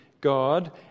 God